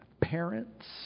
parents